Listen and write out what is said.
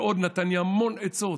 נתן לי המון עצות.